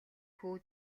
хүү